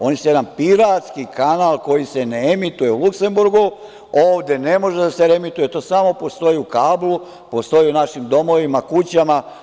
Oni su jedan piratski kanal koji se ne emituje u Luksemburgu, ovde ne može da se reemituje, to samo postoji u kablu, postoji u našim domovima kućama.